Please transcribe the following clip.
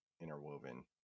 interwoven